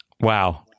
Wow